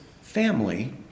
family